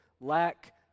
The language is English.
lack